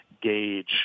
gauge